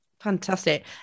Fantastic